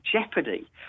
jeopardy